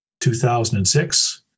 2006